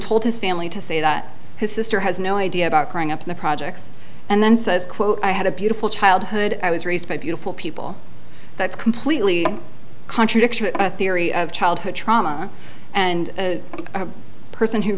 told his family to say that his sister has no idea about growing up in the projects and then says quote i had a beautiful childhood i was raised by beautiful people that's completely contradictory theory of childhood trauma and a person who